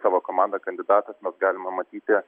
savo komandą kandidatas mes galima matyti